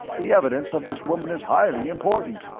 the evidence of this woman is highly important.